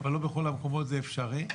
אבל לא בכל המקומות זה אפשרי.